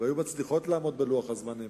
והיו מצליחות לעמוד בלוח הזמנים.